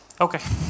Okay